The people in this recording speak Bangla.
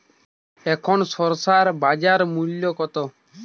এখন শসার বাজার মূল্য কত?